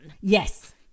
yes